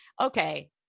okay